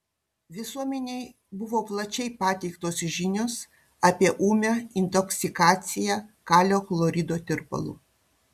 visuomenei buvo plačiai pateiktos žinios apie ūmią intoksikaciją kalio chlorido tirpalu